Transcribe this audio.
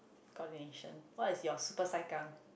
coordination what is your super saikang